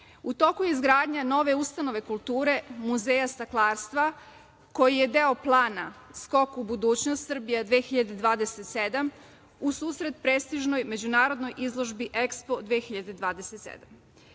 toku je izgradnja nove ustanove kulture, muzeja staklarstva, koji je deo plana „Skok u budućnost Srbije 2027“ u susret prestižnoj međunarodnoj izložbi EKSPO 2027.